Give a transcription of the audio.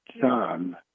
John